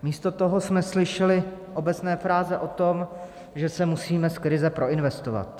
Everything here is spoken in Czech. Místo toho jsme slyšeli obecné fráze o tom, že se musíme z krize proinvestovat.